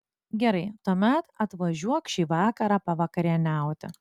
gerai tuomet atvažiuok šį vakarą pavakarieniauti